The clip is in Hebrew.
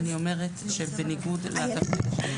אני אומרת שבניגוד לסיפור השני,